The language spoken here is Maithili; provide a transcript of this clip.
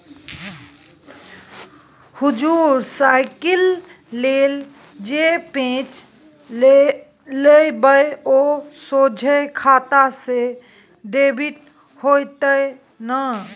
हुजुर साइकिल लेल जे पैंच लेबय ओ सोझे खाता सँ डेबिट हेतेय न